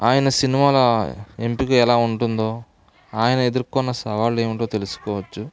ఆయన సినిమాల ఎంపిక ఎలా ఉంటుందో ఆయన ఎదుర్కొన్న సవాళ్ళు ఏమిటో తెలుసుకోవచ్చు